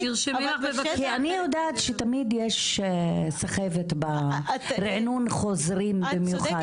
אבל בשטח --- כי אני יודעת שתמיד יש סחבת בריענון חוזרים במיוחד,